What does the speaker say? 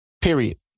Period